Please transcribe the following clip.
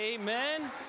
Amen